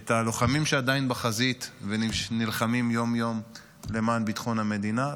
את הלוחמים שעדיין בחזית ונלחמים יום-יום למען ביטחון המדינה,